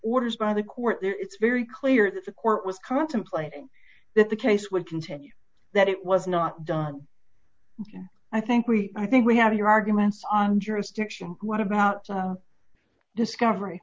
orders by the court there it's very clear that the court was contemplating that the case would continue that it was not done and i think we i think we have your arguments on jurisdiction what about discovery